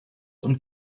und